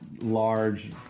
large